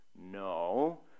No